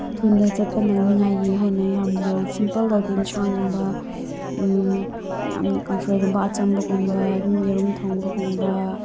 ꯊꯨꯅ ꯆꯠꯄ ꯅꯪꯅꯅꯤꯡꯉꯥꯏꯒꯤ ꯍꯥꯏꯅ ꯌꯥꯝꯅ ꯁꯤꯝꯄꯜ ꯑꯣꯏꯕ ꯌꯦꯟꯁꯥꯡꯒꯨꯝꯕ ꯌꯥꯝꯅ ꯀꯥꯡꯁꯣꯏꯒꯨꯝꯕ ꯑꯆꯝꯕꯒꯨꯝꯕ ꯑꯗꯨꯝ ꯌꯦꯔꯨꯝ ꯊꯣꯡꯕꯒꯨꯝꯕ